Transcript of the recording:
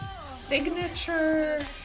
signature